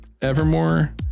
Evermore